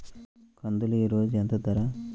కందులు ఈరోజు ఎంత ధర?